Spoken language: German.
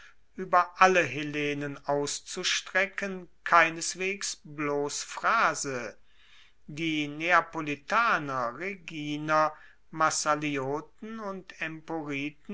ueber alle hellenen auszustrecken keineswegs bloss phrase die neapolitaner rheginer massalioten und